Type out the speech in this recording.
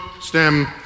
stem